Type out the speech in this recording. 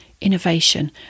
innovation